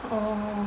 oh